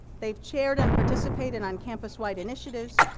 they've shared and participated on campus-wide initiatives.